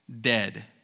dead